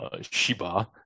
Shiba